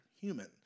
human